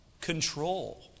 control